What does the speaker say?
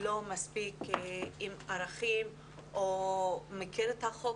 לא מספיק עם ערכים או לא מכיר את החוק